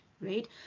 Right